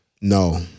No